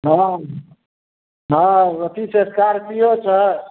हँ हँ हँ हँ अथी छै स्कार्पिओ छै